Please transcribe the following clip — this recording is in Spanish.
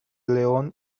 león